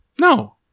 No